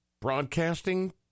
broadcasting